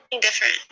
different